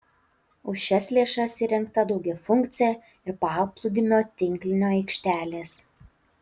už šias lėšas įrengta daugiafunkcė ir paplūdimio tinklinio aikštelės